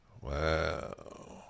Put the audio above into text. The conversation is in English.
Wow